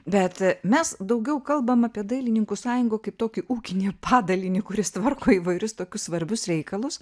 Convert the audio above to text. bet mes daugiau kalbam apie dailininkų sąjungų kaip tokį ūkinį padalinį kuris tvarko įvairius tokius svarbius reikalus